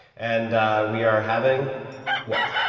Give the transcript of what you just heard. and we are having what?